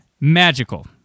magical